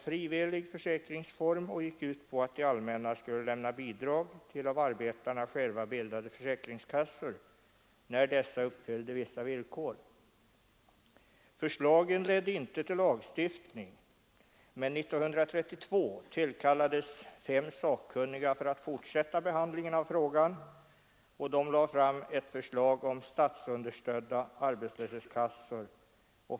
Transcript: frivillig försäkringsform och gick ut på att det allmänna skulle lämna bidrag till av arbetarna själva bildade försäkringskassor när dessa följde vissa villkor. Förslagen ledde inte till lagstiftning men 1932 tillkallades fem sakkunniga för att fortsätta behandlingen av frågan och de lade fram ett förslag om statsunderstödda arbetslöshetskassor.